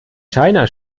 china